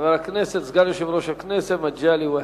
חבר הכנסת, סגן יושב-ראש הכנסת מגלי והבה.